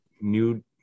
new